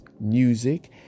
music